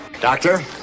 Doctor